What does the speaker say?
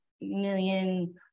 million